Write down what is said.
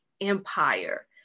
empire